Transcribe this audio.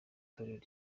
torero